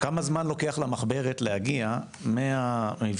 כמה זמן לוקח למחברת להגיע מהמבחן?